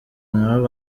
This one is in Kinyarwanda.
nabo